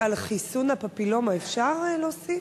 על חיסון הפפילומה אפשר להוסיף?